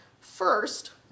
First